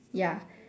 ya